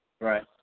Right